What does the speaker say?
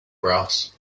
brass